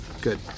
Good